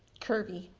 curvy.